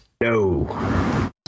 No